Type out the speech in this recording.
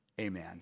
Amen